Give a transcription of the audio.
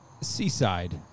Seaside